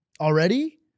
Already